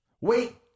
Wait